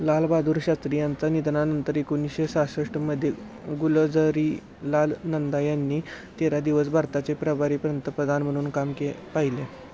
लालबहादूर शास्त्री यांचा निधनानंतर एकोणीसशे सहासष्टमध्ये गुलझारीलाल नंदा यांनी तेरा दिवस भारताचे प्रभारी पंतप्रधान म्हणून काम के पाहिले